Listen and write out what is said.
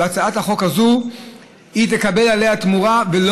לפי הצעת החוק הזאת היא תקבל עליהן תמורה,